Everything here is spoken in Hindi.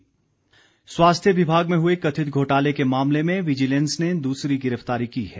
गिरफ़तारी स्वास्थ्य विभाग में हुए कथित घोटाले के मामले में विजिलेंस ने दूसरी गिरफ्तारी की है